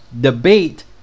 debate